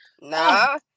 Nah